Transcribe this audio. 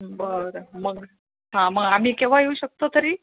बरं मग हां मग आम्ही केव्हा येऊ शकतो तरी